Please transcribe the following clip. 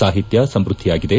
ಸಾಹಿತ್ಯ ಸಮೃದ್ಧಿಯಾಗಿದೆ